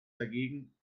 dagegen